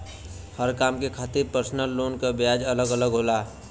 हर काम के खातिर परसनल लोन के ब्याज अलग अलग होला